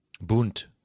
Bunt